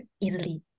easily